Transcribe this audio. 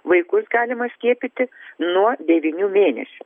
vaikus galima skiepyti nuo devynių mėnesių